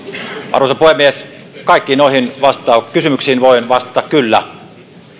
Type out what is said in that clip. arvoisa puhemies kaikkiin noihin kysymyksiin voin vastata kyllä